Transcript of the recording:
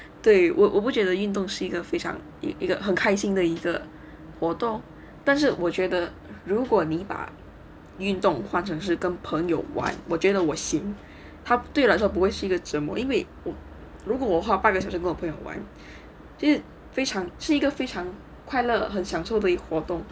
对我我不觉得运动是一个非常一个很开心的一个活动但是我觉得如果你把运动换成是跟朋友玩我觉得我行他对我来说不会是一个折磨因为如果我花八个小时跟我朋友玩就是非常是一个非常快乐很享受的一个活动